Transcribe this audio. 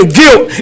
guilt